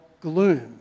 gloom